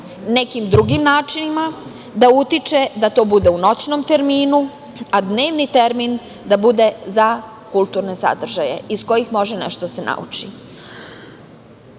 nekim drugim načinima da utiče da to bude u noćnom terminu, a dnevni termin da bude za kulturne sadržaje, iz kojih može nešto da se nauči